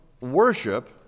worship